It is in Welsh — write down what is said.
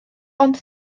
ond